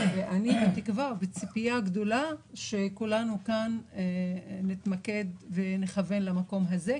אני בתקווה ובציפייה גדולה שכולנו כאן נתמקד ונכוון למקום הזה,